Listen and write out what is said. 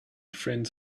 friends